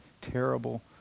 terrible